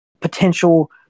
potential